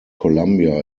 columbia